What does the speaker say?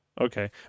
Okay